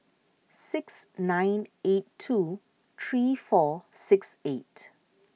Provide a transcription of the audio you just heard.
six nine eight two three four six eight